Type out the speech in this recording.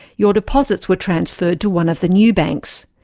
your deposits were transferred to one of the new banks.